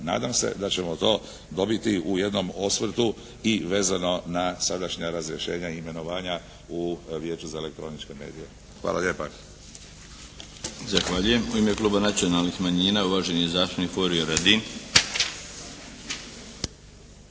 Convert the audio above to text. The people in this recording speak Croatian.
nadam se da ćemo to dobiti u jednom osvrtu i vezano na sadašnja razriješenja i imenovanja u Vijeću za elektroničke medije. Hvala lijepa.